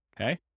okay